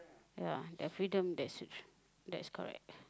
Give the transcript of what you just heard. ya their freedom that that is correct